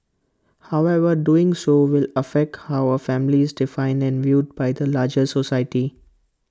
however doing so will affect how A family is defined and viewed by the larger society